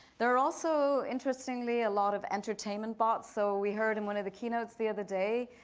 there are also interestingly a lot of entertainment bots. so we heard in one of the keynotes the other day,